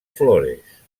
flores